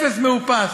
אפס מאופס.